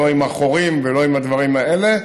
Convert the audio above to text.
לא עם החורים ולא עם הדברים האלה,